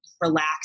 relax